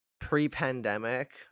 pre-pandemic